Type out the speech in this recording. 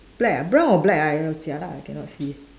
black ah brown or black ah jialat I cannot see